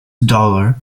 dollar